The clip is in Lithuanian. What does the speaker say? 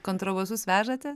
kontrabosus vežatė